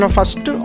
First